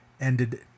Ended